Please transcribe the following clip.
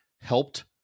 helped